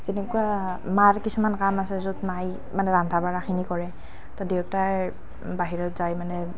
যেনেকুৱা মাৰ কিছুমান কাম আছে য'ত মায়ে মানে ৰন্ধা বঢ়াখিনি কৰে তো দেউতায়ে বাহিৰত যাই মানে